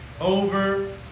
over